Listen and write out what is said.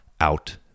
out